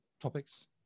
topics